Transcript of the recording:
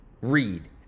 read